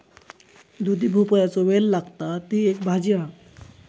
दुधी भोपळ्याचो वेल लागता, ती एक भाजी हा